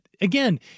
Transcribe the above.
again